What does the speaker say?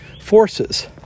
forces